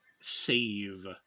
save